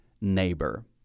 neighbor